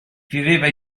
viveva